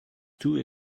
too